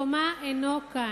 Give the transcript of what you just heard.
אין מקומה כאן.